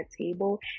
table